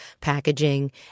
packaging